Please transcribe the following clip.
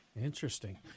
Interesting